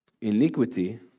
Iniquity